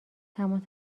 تماس